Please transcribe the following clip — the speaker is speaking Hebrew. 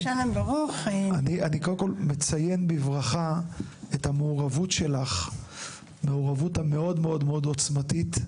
אני קודם כל מציין בברכה את המעורבות המאוד עוצמתית שלך;